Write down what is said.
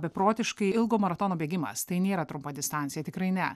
beprotiškai ilgo maratono bėgimas tai nėra trumpa distancija tikrai ne